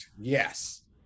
Yes